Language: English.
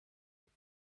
rope